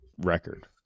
record